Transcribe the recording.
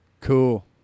Cool